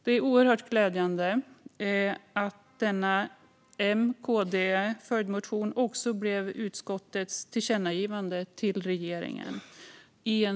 Det är oerhört glädjande att vår följdmotion i en sådan viktig fråga också blev utskottets tillkännagivande till regeringen.